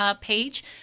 page